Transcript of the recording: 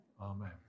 Amen